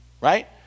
right